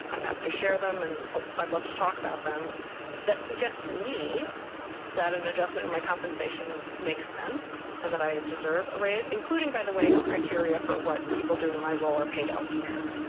i'm happy to share them and ah i'd love to talk about them that suggests to me that an adjustment in my compensation makes sense and that i deserve a raise, including by the way, criteria for what people doing my role are paid elsewhere.